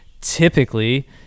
typically